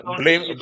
blame